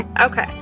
Okay